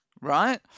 right